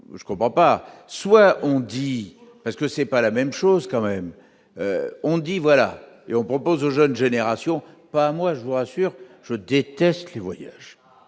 je, je comprends pas, soit on dit parce que c'est pas la même chose quand même, on dit voilà et on propose aux jeunes générations, pas moi, je vous rassure, je déteste les voyages